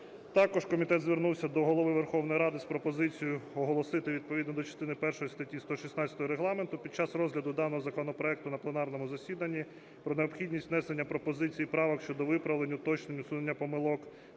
Також комітет звернувся до Голови Верховної Ради з пропозицією оголосити відповідно до частини першої статті 116 Регламенту під час розгляду даного законопроекту на пленарному засіданні про необхідність внесення пропозицій і правок щодо виправлень, уточнень, усунення помилок